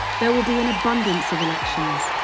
there will be an abundance of elections,